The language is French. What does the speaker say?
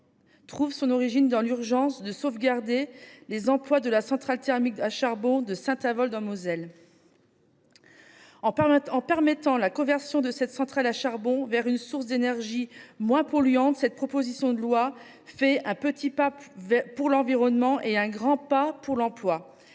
trouve son origine dans l’urgence de sauvegarder les emplois de la centrale thermique à charbon de Saint Avold, en Moselle. En permettant la conversion de cette centrale à charbon vers une source d’énergie moins polluante, cette proposition de loi représente un petit pas pour l’environnement et un grand pas pour l’emploi.